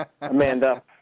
Amanda